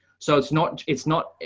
so it's not it's not,